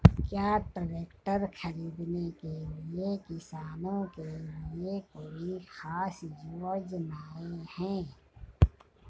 क्या ट्रैक्टर खरीदने के लिए किसानों के लिए कोई ख़ास योजनाएं हैं?